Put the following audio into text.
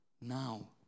now